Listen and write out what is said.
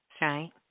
right